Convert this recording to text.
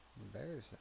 Embarrassing